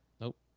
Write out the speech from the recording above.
Nope